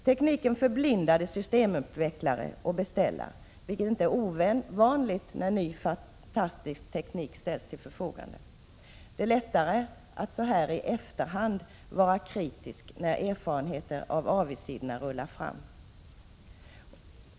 Tekniken förblindade systemutvecklare och beställare, vilket inte är ovanligt när ny fantastisk teknik ställs till förfogande. Det är lättare att så här i efterhand vara kritisk när erfarenheter av avigsidorna rullar fram.